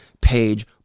page